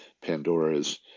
Pandora's